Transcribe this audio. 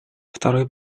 второй